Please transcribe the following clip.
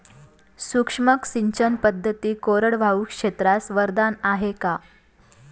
सूक्ष्म सिंचन पद्धती कोरडवाहू क्षेत्रास वरदान आहे का?